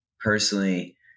personally